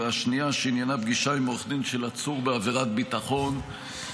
ושנייה שעניינה פגישה של עצור בעבירת ביטחון עם עורך דין.